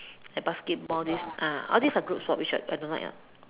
like basketball this ah all this are all group sports which I I don't like ah